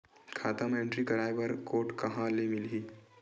खाता म एंट्री कराय बर बार कोड कहां ले मिलही?